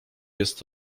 jest